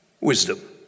wisdom